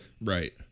Right